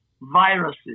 viruses